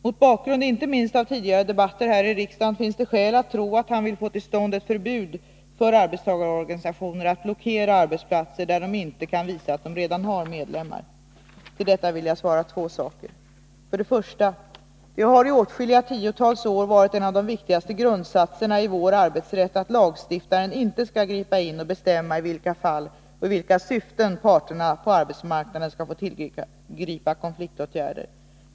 Mot bakgrund inte minst av tidigare debatter här i riksdagen finns det skäl att tro att han vill få till stånd ett förbud för arbetstagarorganisationer att blockera arbetsplatser där de inte kan visa att de redan har medlemmar. Till detta vill jag svara två saker. För det första: Det har i åtskilliga tiotals år varit en av de viktigaste grundsatserna i vår arbetsrätt att lagstiftaren inte skall gripa in och bestämma i vilka fall och i vilka syften parterna på arbetsmarknaden skall få tillgripa konfliktåtgärder.